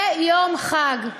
זה יום חג,